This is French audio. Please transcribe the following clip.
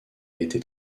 été